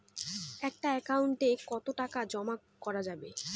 একটা একাউন্ট এ কতো টাকা জমা করা যাবে?